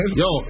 yo